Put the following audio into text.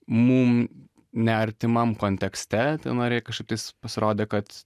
mum neartimam kontekste tai norėjai kažkaip tais pasirodė kad